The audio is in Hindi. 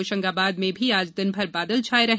होशंगाबाद में भी आज दिनभर बादल छाये रहे